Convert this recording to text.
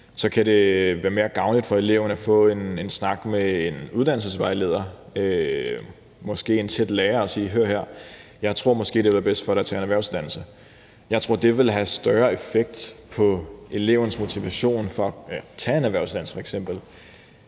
Så kan det være mere gavnligt for eleven at få en snak med en uddannelsesvejleder, måske en tæt lærer, der siger: Jeg tror, at det måske vil være bedst for dig at tage en erhvervsuddannelse. Jeg tror, det ville have større effekt på elevens motivation for at tage f.eks. en erhvervsuddannelse end